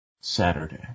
Saturday